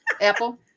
apple